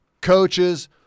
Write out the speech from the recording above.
coaches